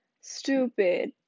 stupid